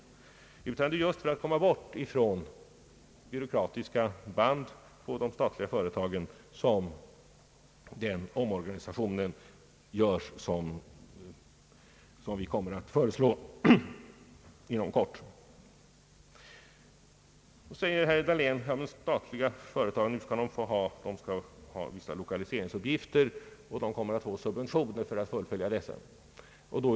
Det är just för att komma bort från byråkratiska band på de statliga företagen som den omorganisation görs som vi inom kort kommer att föreslå. Herr Dahlén säger att de statliga företagen får vissa lokaliseringsuppgifter och kommer att få subventioner för att fullgöra dem.